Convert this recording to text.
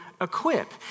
equip